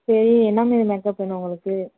சரி என்ன மாதிரி மேக்கப் வேணும் உங்களுக்கு